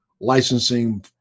licensing